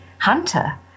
hunter